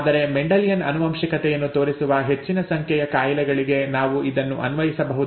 ಆದರೆ ಮೆಂಡೆಲಿಯನ್ ಆನುವಂಶಿಕತೆಯನ್ನು ತೋರಿಸುವ ಹೆಚ್ಚಿನ ಸಂಖ್ಯೆಯ ಕಾಯಿಲೆಗಳಿಗೆ ನಾವು ಇದನ್ನು ಅನ್ವಯಿಸಬಹುದು